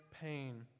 pain